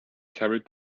carried